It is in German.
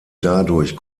dadurch